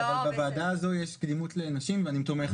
אבל בוועדה הזאת יש קדימות לנשים ואני תומך בו.